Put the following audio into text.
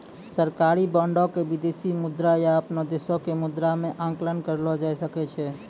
सरकारी बांडो के विदेशी मुद्रा या अपनो देशो के मुद्रा मे आंकलन करलो जाय सकै छै